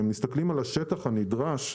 אם מסתכלים על השטח הנדרש,